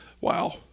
Wow